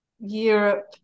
Europe